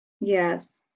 Yes